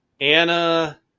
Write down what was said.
Anna